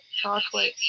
Chocolate